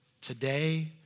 today